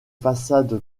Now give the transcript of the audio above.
façade